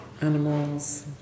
animals